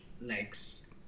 legs